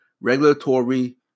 regulatory